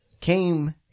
came